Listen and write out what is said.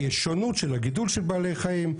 כי יש שונות של הגידול של בעלי חיים,